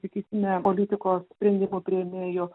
sakysime politikos sprendimų priėmėjų